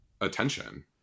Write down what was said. attention